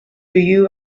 you